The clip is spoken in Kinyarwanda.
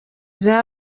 ziha